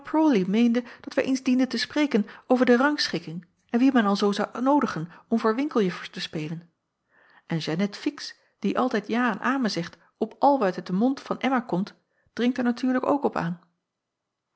dat wij eens dienden te spreken over de rangschikking en wie men alzoo zou noodigen om voor winkeljuffers te spelen en jeannette fix die altijd ja en amen zegt op al wat uit den mond van emma komt dringt er natuurlijk ook op aan